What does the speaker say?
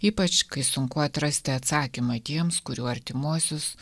ypač kai sunku atrasti atsakymą tiems kurių artimuosius